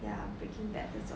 ya breaking bad 这种